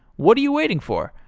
what are you waiting for?